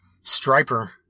Striper